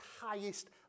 highest